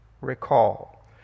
recall